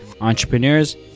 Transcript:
entrepreneurs